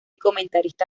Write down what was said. comentarista